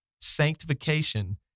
sanctification